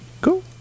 go